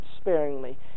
sparingly